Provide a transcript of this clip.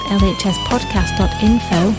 lhspodcast.info